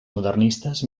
modernistes